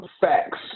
Facts